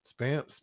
Spam